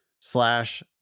slash